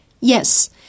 Yes